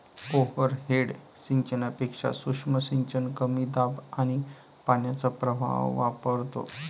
overhead सिंचनापेक्षा सूक्ष्म सिंचन कमी दाब आणि पाण्याचा प्रवाह वापरतो